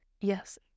Yes